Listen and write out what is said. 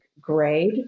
grade